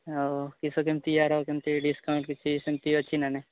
ଆଉ କିସ କେମିତି ୟାର କେମିତି ଡିସ୍କାଉଣ୍ଟ୍ କିଛି ସେମିତି ଅଛି ନା ନାହିଁ